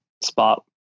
spot